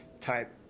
type